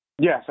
yes